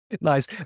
Nice